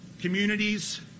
communities